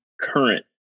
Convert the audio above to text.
current